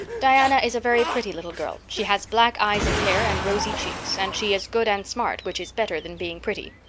diana is a very pretty little girl. she has black eyes and hair and rosy cheeks. and she is good and smart, which is better than being pretty.